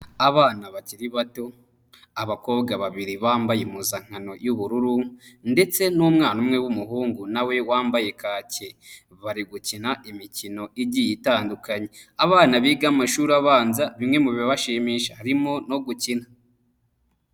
Abana bakiri bato, abakobwa babiri bambaye impuzankano y'ubururu ndetse n'umwana umwe w'umuhungu nawe wambaye kake, bari gukina imikino igiye itandukanye, abana biga amashuri abanza bimwe mu bibashimisha harimo no gukina.